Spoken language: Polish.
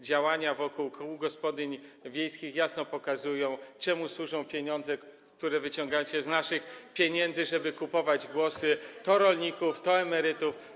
Działania wokół kół gospodyń wiejskich jasno pokazują, czemu służą pieniądze, które wyciągacie z naszych pieniędzy, żeby kupować głosy to rolników, to emerytów.